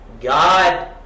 God